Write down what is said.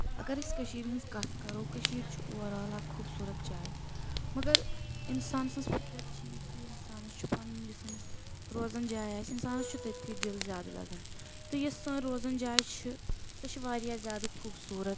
اگر أسۍ کٔشیرِ ہنٛز کتھ کرُو کٔشیٖر چھِ اوُر آل اکھ خوبصورت جاے مگر انسان سٕنٛز فطرت چھِ یہِ کہِ انسانس چھُ پنُن یُس أمس روزن جاے آسہٕ انسانس چھُ تٔتتھٕے دل زیادٕ لگان تہٕ یُس سٲنۍ روزان جاے چھِ سُہ چھِ واریاہ زیادٕ خوبصورت